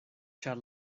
ĉar